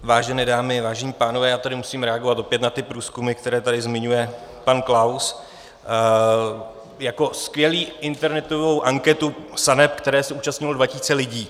Vážené dámy, vážení pánové, já tady musím reagovat opět na ty průzkumy, které tady zmiňuje pan Klaus, jako skvělý, internetovou anketu SANEP, které se účastnilo dva tisíce lidí.